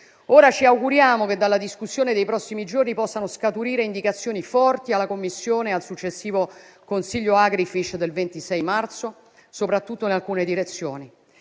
Ora ci auguriamo che dalla discussione dei prossimi giorni possano scaturire indicazioni forti alla Commissione e al successivo consiglio Agrifish del 26 marzo, soprattutto in alcune direzioni.